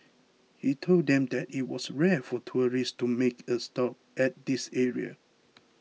he told them that it was rare for tourists to make a stop at this area